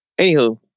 Anywho